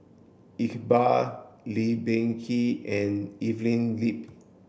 Iqbal Lee Peh Gee and Evelyn Lip